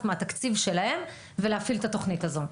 מהתקציב שלהם ולהפעיל את התוכנית הזו.